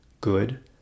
good